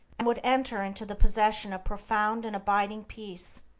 and would enter into the possession of profound and abiding peace,